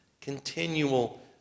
continual